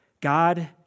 God